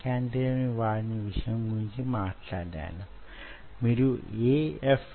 మనం త్వరలో దానికి సంబంధించిన విద్యుద్భాగాన్నికి చెందిన చర్చను ప్రవేశపెడదాం